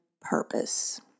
purpose